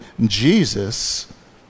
Jesus